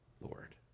Lord